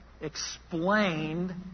explained